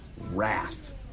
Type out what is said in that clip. wrath